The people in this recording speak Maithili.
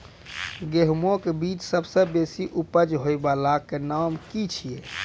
गेहूँमक बीज सबसे बेसी उपज होय वालाक नाम की छियै?